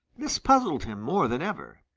this puzzled him more than ever.